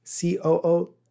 COO